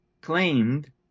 claimed